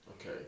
Okay